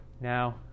Now